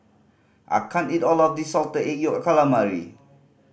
I can't eat all of this Salted Egg Yolk Calamari